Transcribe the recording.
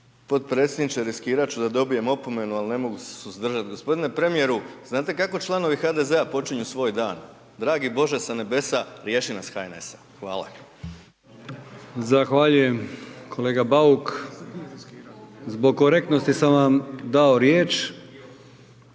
potpredsjedniče riskirat ću da dobije opomenu, ali ne mogu se suzdržat. Gospodine premijeru znate kako članovi HDZ-a počinju svoj dan „Dragi bože sa nebesa riješi nas HNS-a“. Hvala. **Brkić, Milijan (HDZ)** Zahvaljujem kolega Bauk. Zbog korektnosti sam vam dao riječ